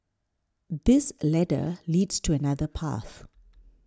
this ladder leads to another path